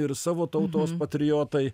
ir savo tautos patriotai